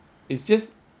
it's just